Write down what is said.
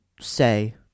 say